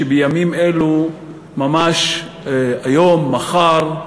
ובימים אלו ממש, היום, מחר,